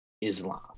Islam